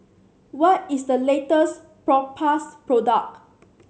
what is the latest Propass product